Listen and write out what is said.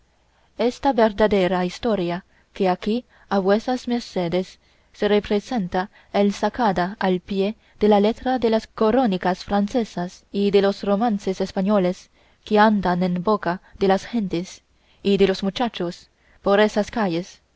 esta verdadera historia que aquí a vuesas mercedes se representa es sacada al pie de la letra de las corónicas francesas y de los romances españoles que andan en boca de las gentes y de los muchachos por esas calles